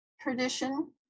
tradition